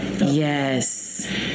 Yes